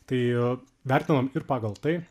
tai vertinam ir pagal tai